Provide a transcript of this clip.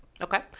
Okay